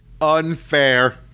Unfair